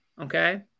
okay